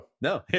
no